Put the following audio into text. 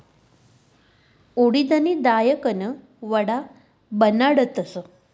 उडिदनी दायकन वडा बनाडतस